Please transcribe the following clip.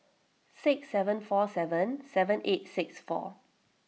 six seven four seven seven eight six four